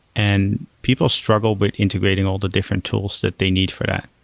and people struggle but integrating all the different tools that they need for that.